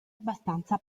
abbastanza